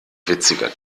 witziger